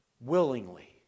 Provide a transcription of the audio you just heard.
Willingly